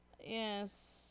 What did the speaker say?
Yes